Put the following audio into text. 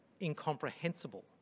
incomprehensible